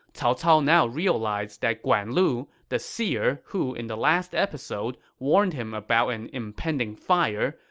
cao cao now realized that guan lu, the seer who in the last episode warned him about an impending fire,